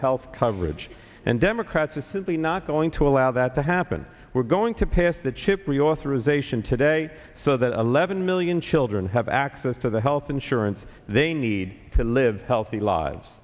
health coverage and democrats are simply not going to allow that to happen we're going to pass the chip reauthorization today so that eleven million children have access to the health insurance they need to live healthy lives